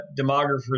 demographers